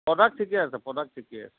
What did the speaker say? product ঠিকে আছে product ঠিকেই আছে